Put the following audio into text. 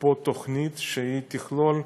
פה תוכנית שתכלול,